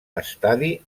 estadi